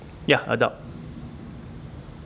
ya adult